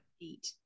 eat